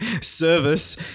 service